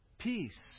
Peace